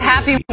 Happy